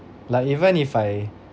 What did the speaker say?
like even if I